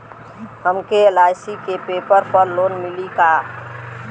हमके एल.आई.सी के पेपर पर लोन मिली का?